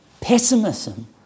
pessimism